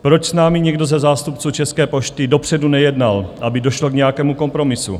Proč s námi nikdo se zástupců České pošty dopředu nejednal, aby došlo k nějakému kompromisu?